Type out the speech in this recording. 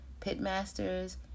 pitmasters